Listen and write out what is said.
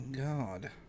God